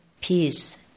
peace